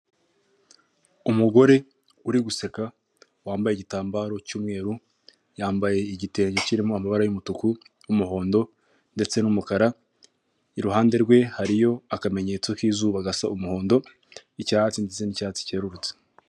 Umugore uri guseka wambaye igitambaro cy'umweru yambaye igitenge kirimo amabara y'umutuku, umuhondo ndetse n'umukara. Iruhande rwe hariyo akamenyetso k'izuba gasa umuhondo, icyatsi ndetse n'icyatsi cyererutse.